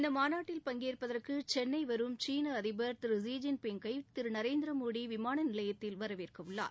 இந்த மாநாட்டில் பங்கேற்பதற்கு சென்னை வரும் சீன அதிபர் திரு ஸி ஜின் பிங் கை திரு நரேந்திரமோடி விமான நிலையத்தில் வரவேற்கவுள்ளார்